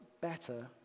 better